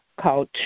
called